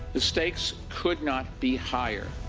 the stakes could not be higher.